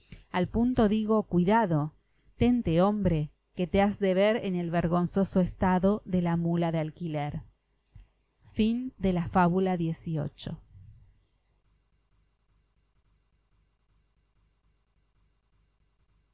al punto digo cuidado tente hombre que te has de ver en el vergonzoso estado de la mula de alquiler fábula xix